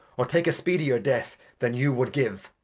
or take a speedier death than you wou'd give.